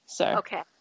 okay